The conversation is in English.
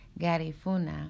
Garifuna